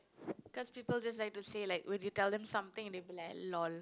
because people just like to say like would you tell them something and they'll be like lol